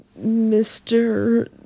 Mr